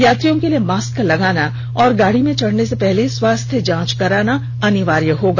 यात्रियों के लिए मास्क लगाना और गाड़ी में चढ़ने से पहले स्वास्थ्य जांच कराना अनिवार्य है